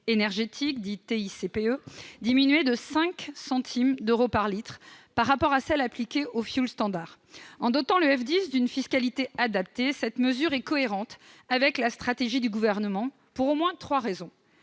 ou TICPE, diminuée de 5 centimes d'euro par litre par rapport à celle qui est appliquée au fioul standard. En dotant le F10 d'une fiscalité adaptée, cette mesure est cohérente avec la stratégie du Gouvernement, pour au moins trois raisons.